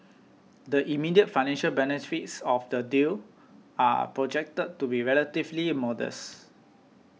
the immediate financial benefits of the deal are projected to be relatively modest